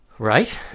Right